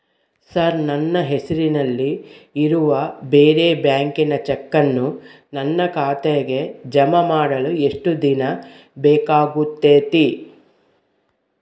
Sir ನನ್ನ ಹೆಸರಲ್ಲಿ ಇರುವ ಬೇರೆ ಬ್ಯಾಂಕಿನ ಚೆಕ್ಕನ್ನು ನನ್ನ ಖಾತೆಗೆ ಜಮಾ ಮಾಡಲು ಎಷ್ಟು ದಿನ ಬೇಕಾಗುತೈತಿ?